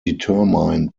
determined